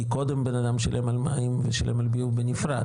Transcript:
כי קודם בן אדם שילם על מים ושילם על ביוב בנפרד.